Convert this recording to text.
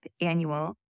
annual